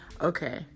Okay